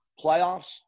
playoffs